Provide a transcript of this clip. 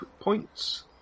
points